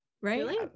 right